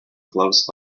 close